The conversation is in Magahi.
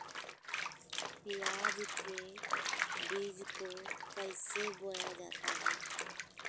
प्याज के बीज को कैसे बोया जाता है?